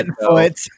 foot